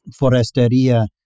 Foresteria